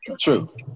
True